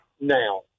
now